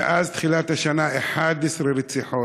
מאז תחילת השנה, 11 רציחות.